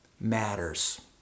matters